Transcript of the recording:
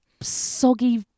soggy